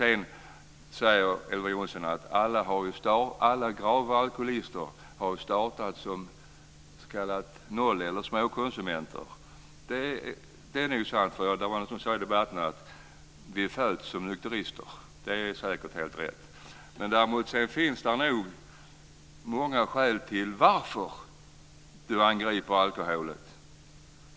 Elver Jonsson säger att alla grava alkoholister har startat som småkonsumenter. Ja, någon sade i debatten att vi föds som nykterister, och det är säkert riktigt. Det finns nog många skäl till att Elver Jonsson angriper alkoholen.